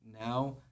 now